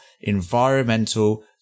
environmental